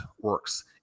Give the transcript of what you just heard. works